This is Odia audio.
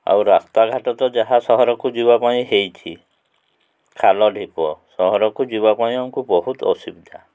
ଆଉ ରାସ୍ତାଘାଟ ତ ଯାହା ସହରକୁ ଯିବା ପାଇଁ ହେଇଛି ଖାଲ ଢିପ ସହରକୁ ଯିବା ପାଇଁ ଆମକୁ ବହୁତ ଅସୁବିଧା